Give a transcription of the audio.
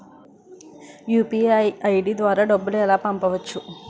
UPI ID ద్వారా డబ్బులు ఎలా పంపవచ్చు?